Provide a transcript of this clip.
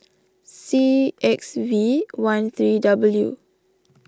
C X V one three W